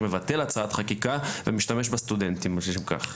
או מבטל הצעת חקיקה ומשתמש בסטודנטים לשם כך.